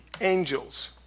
angels